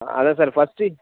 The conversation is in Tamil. அதான் சார் ஃபர்ஸ்ட்டு